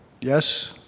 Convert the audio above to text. Yes